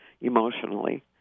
emotionally